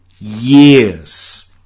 years